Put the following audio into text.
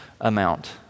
amount